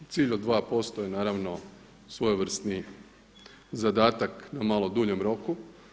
Cilj od 2% je naravno svojevrsni zadatak na malo duljem roku.